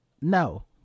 No